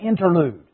interlude